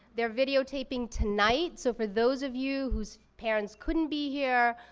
they're video taping tonight, so for those of you whose parents couldn't be here,